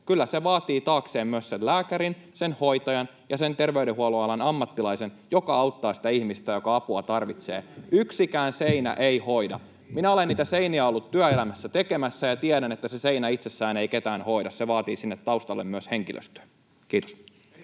Kyllä se vaatii taakseen myös sen lääkärin, sen hoitajan ja sen terveydenhuoltoalan ammattilaisen, jotka auttavat sitä ihmistä, joka apua tarvitsee. Yksikään seinä ei hoida. Minä olen niitä seiniä ollut työelämässä tekemässä ja tiedän, että se seinä itsessään ei ketään hoida. Se vaatii taustalle myös henkilöstön. — Kiitos.